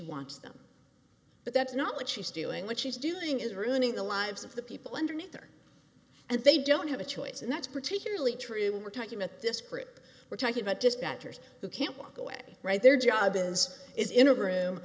wants them but that's not what she's doing what she's doing is ruining the lives of the people underneath her and they don't have a choice and that's particularly true when we're talking about descript we're talking about just batters who can't walk away right their job is is in a room